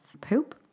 poop